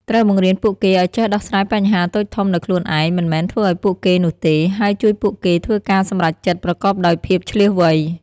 ត្រូវបង្រៀនពួកគេឲ្យចេះដោះស្រាយបញ្ហាតូចធំដោយខ្លួនឯង មិនមែនធ្វើឲ្យពួកគេនោះទេ ហើយជួយពួកគេធ្វើការសម្រេចចិត្តប្រកបដោយភាពឈ្លាសវៃ។